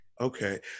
Okay